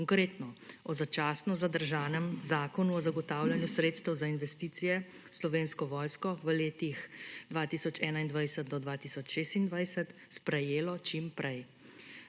konkretno o začasno zadržanem Zakonu o zagotavljanju sredstev za investicije v Slovenski vojski v letih 2021 do 2026, sprejelo čim prej.